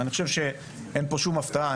אני חושב שאין פה שום הפתעה,